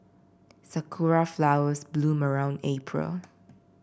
sakura flowers bloom around April